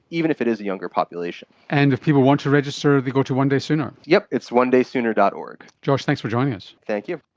even if it is a younger population. and if people want to register, they go to one daysooner. yes, it's one daysooner. org. josh, thanks for joining us. thank you.